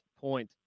point